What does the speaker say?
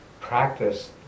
practice